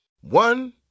One